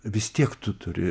vis tiek tu turi